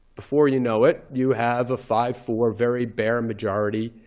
before you know it, you have a five four, very bare majority,